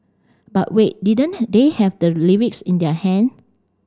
but wait didn't they have the lyrics in their hand